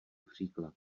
příklad